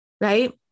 Right